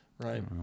Right